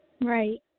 Right